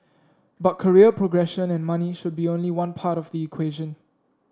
but career progression and money should be only one part of the equation